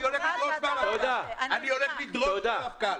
אני הולך לדרוש מהמפכ"ל.